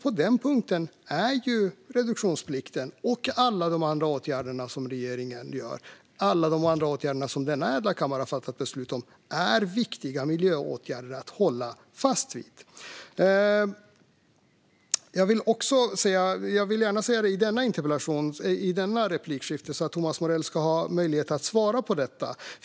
På den punkten är reduktionsplikten och alla de andra åtgärder som regeringen vidtar, alla de andra åtgärder som denna ädla kammare har fattat beslut om, viktiga miljöåtgärder att hålla fast vid. Jag vill gärna säga det här i denna replik så att Thomas Morell ska ha möjlighet att svara på det.